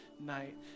night